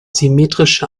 symmetrische